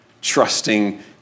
trusting